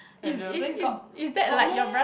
and they were saying got got meh